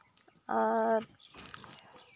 ᱟᱨ